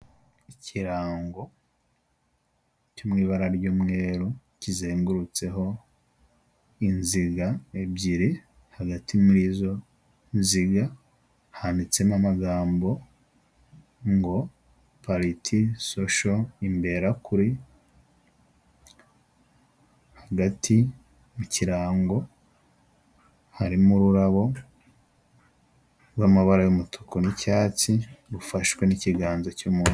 Ikirango cyo mubara ry'umweru kizengurutseho inziga ebyiri hagati murizo nziga handitsemo amagambo ngo pariti sosho imberakuri. Hagati mu kirango harimo ururabo rwamabara y'umutuku n'icyatsi, rufashwe n'ikiganza cy'umuntu.